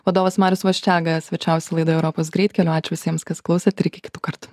vadovas marius vaščega svečiavosi laidoje europos greitkeliu ačiū visiems kas klausėt ir iki kitų kartų